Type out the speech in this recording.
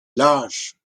lâche